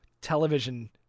television